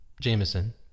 Jameson